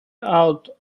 out